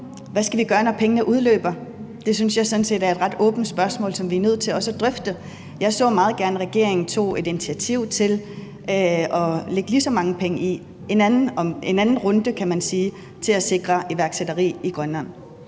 Hvad skal vi gøre, når pengene udløber? Det synes jeg sådan set er et ret åbent spørgsmål, som vi også er nødt til at drøfte. Jeg så meget gerne, at regeringen tog et initiativ til at lægge lige så mange penge i en anden runde, kan man sige, til at sikre iværksætteri i Grønland.